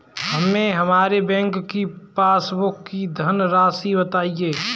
हमें हमारे बैंक की पासबुक की धन राशि बताइए